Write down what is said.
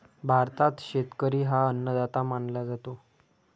भारतात शेतकरी हा अन्नदाता मानला जातो